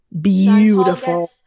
Beautiful